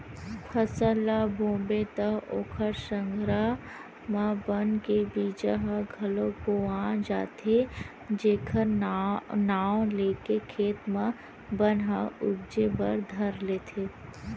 फसल ल बोबे त ओखर संघरा म बन के बीजा ह घलोक बोवा जाथे जेखर नांव लेके खेत म बन ह उपजे बर धर लेथे